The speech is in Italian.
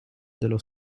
dello